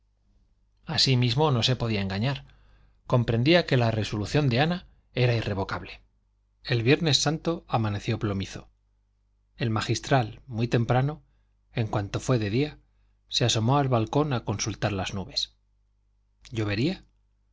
sí mismo no se podía engañar comprendía que la resolución de ana era irrevocable el viernes santo amaneció plomizo el magistral muy temprano en cuanto fue de día se asomó al balcón a consultar las nubes llovería